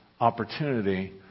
opportunity